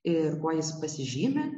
ir kuo jis pasižymi